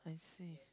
I see